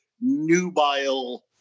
nubile